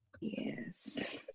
yes